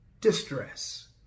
distress